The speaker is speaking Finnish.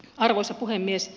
arvoisa puhemies